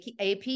AP